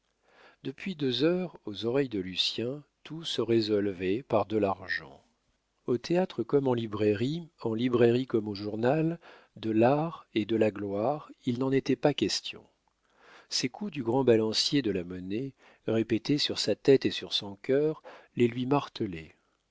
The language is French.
depuis deux heures aux oreilles de lucien tout se résolvait par de l'argent au théâtre comme en librairie en librairie comme au journal de l'art et de la gloire il n'en était pas question ces coups du grand balancier de la monnaie répétés sur sa tête et sur son cœur les lui martelaient